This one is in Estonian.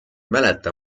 mäleta